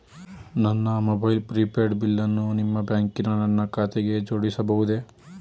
ನನ್ನ mobile prepaid ಬಿಲ್ಲನ್ನು ನಿಮ್ಮ ಬ್ಯಾಂಕಿನ ನನ್ನ ಖಾತೆಗೆ ಜೋಡಿಸಬಹುದೇ?